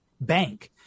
Bank